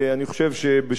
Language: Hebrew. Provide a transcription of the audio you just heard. בשם הממשלה,